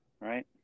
Right